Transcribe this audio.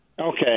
Okay